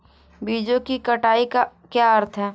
बीजों की कटाई का क्या अर्थ है?